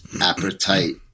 appetite